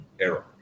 error